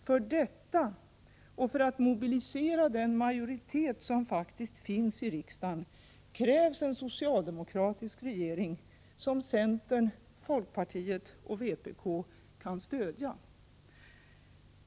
För detta, och för att mobilisera den majoritet som faktiskt finns i riksdagen, krävs en socialdemokratisk regering som centern, folkpartiet och vpk kan stödja.